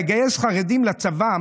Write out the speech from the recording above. לגייס חרדים לצבא,